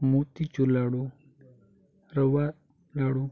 motichoor laddu rava लाडू